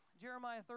Jeremiah